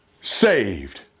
saved